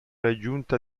aggiunta